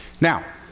Now